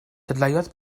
dadleuodd